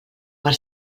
per